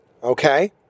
Okay